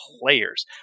Players